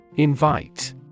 Invite